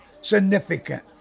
significant